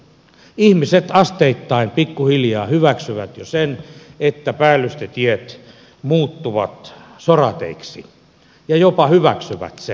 ihmiset asteittain pikkuhiljaa hyväksyvät jo sen että päällystetiet muuttuvat sorateiksi jopa hyväksyvät sen